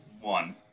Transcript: one